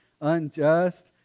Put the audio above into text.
unjust